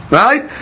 right